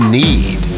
need